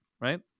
right